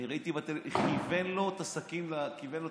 ראיתי בטלוויזיה, כיוון לו את הסכין לצוואר,